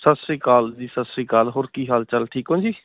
ਸਤਿ ਸ਼੍ਰੀ ਅਕਾਲ ਜੀ ਸਤਿ ਸ਼੍ਰੀ ਅਕਾਲ ਹੋਰ ਕੀ ਹਾਲ ਚਾਲ ਠੀਕ ਹੋ ਜੀ